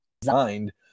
designed